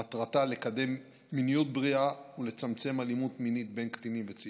מטרתה היא לקדם מיניות בריאה ולצמצם אלימות מינית בין קטינים וצעירים.